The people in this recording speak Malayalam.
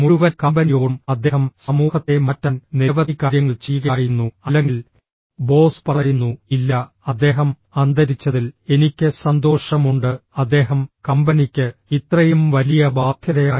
മുഴുവൻ കമ്പനിയോടും അദ്ദേഹം സമൂഹത്തെ മാറ്റാൻ നിരവധി കാര്യങ്ങൾ ചെയ്യുകയായിരുന്നു അല്ലെങ്കിൽ ബോസ് പറയുന്നു ഇല്ല അദ്ദേഹം അന്തരിച്ചതിൽ എനിക്ക് സന്തോഷമുണ്ട് അദ്ദേഹം കമ്പനിക്ക് ഇത്രയും വലിയ ബാധ്യതയായിരുന്നു